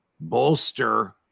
bolster